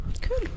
Cool